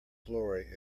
glory